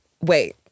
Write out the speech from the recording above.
Wait